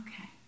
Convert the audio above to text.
Okay